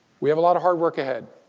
we have a lot of hard work ahead.